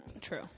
True